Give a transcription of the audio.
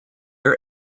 are